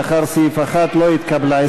לאחר סעיף 1 לא התקבלה.